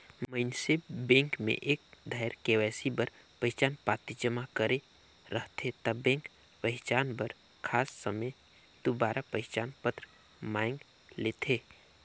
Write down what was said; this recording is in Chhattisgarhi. मइनसे बेंक में एक धाएर के.वाई.सी बर पहिचान पाती जमा करे रहथे ता बेंक पहिचान बर खास समें दुबारा पहिचान पत्र मांएग लेथे